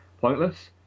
pointless